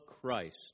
Christ